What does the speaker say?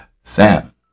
Sam